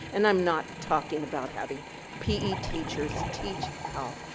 and i'm not talking about having p e. teachers teach health.